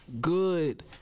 good